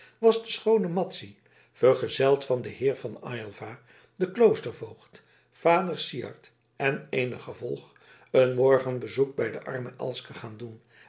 was de schoone madzy vergezeld van den heer van aylva den kloostervoogd vader syard en eenig gevolg een morgenbezoek bij de arme elske gaan doen